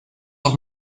auch